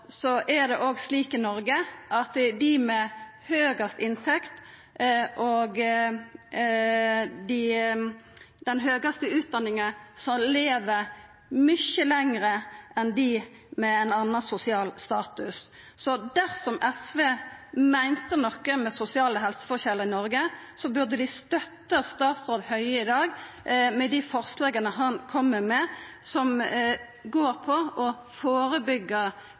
er det òg slik i Noreg at dei med høgast inntekt og dei med den høgaste utdanninga lever mykje lenger enn dei med ein annan sosial status. Så dersom SV meinte noko med sosiale helseforskjellar i Noreg, burde dei støtta statsråd Høie i dag, dei forslaga som han kjem med, som går på å